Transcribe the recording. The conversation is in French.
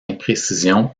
imprécision